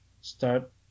start